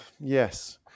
yes